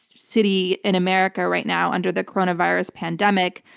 city in america right now under the coronavirus pandemic,